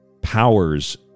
powers